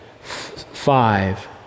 five